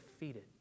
defeated